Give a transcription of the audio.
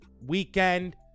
weekend